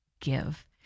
give